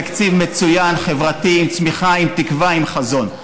תקציב מצוין, חברתי, עם צמיחה, עם תקווה, עם חזון.